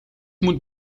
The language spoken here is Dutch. moet